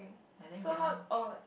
and then that one